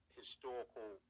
historical